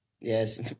yes